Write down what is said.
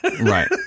right